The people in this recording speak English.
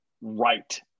right